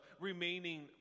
remaining